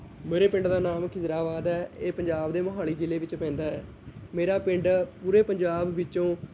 ਮੇਰੇ ਪਿੰਡ ਦਾ ਨਾਮ ਖਿਦਰਾਬਾਦ ਹੈ ਇਹ ਪੰਜਾਬ ਦੇ ਮੋਹਾਲੀ ਜ਼ਿਲ੍ਹੇ ਵਿੱਚ ਪੈਂਦਾ ਹੈ ਮੇਰਾ ਪਿੰਡ ਪੂਰੇ ਪੰਜਾਬ ਵਿੱਚੋਂ